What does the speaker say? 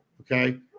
okay